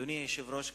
אדוני היושב-ראש,